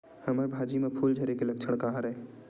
हमर भाजी म फूल झारे के लक्षण का हरय?